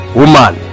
woman